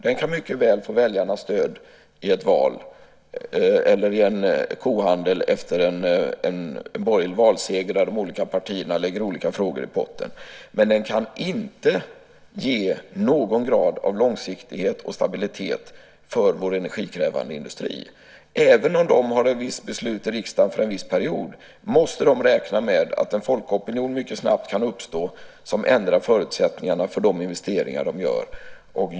Den kan mycket väl få väljarnas stöd i ett val eller i en kohandel efter en borgerlig valseger där de olika partierna lägger olika frågor i potten, men den kan inte ge någon grad av långsiktighet och stabilitet för vår energikrävande industri. Även om det finns ett visst beslut i riksdagen för en viss period måste de räkna med att en folkopinion mycket snabbt kan uppstå som ändrar förutsättningarna för de investeringar som de gör.